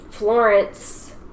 Florence